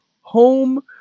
home